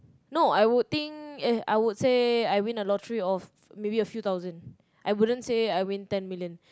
no I would think eh I would say I win a lottery of maybe a few thousand I wouldn't say I win ten million